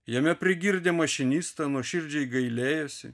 jame prigirdė mašinistą nuoširdžiai gailėjosi